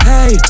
Hey